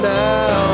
now